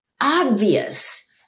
obvious